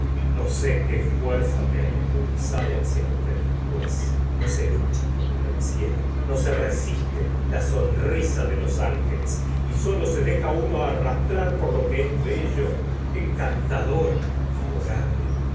no sé qué fuerza me ha impulsado hacia usted pues no se lucha contra el cielo no se resiste la sonrisa de los ángeles y solo se deja uno arrastrar por lo que es bello encantador adorable